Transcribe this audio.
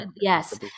Yes